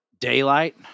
daylight